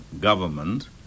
government